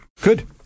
good